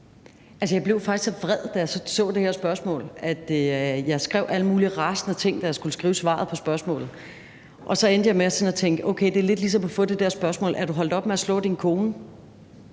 faktisk så vred, da jeg så det her spørgsmål, at jeg skrev alle mulige rasende ting, da jeg skulle skrive svaret på spørgsmålet. Og så endte jeg med at tænke, at okay, det er lidt ligesom at få det der spørgsmål om, om du er holdt op med at slå din kone.